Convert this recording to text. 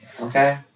Okay